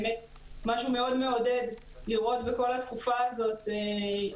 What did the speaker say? וזה היה באמת משהו מאוד מעודד לראות בכל התקופה הזאת עסקים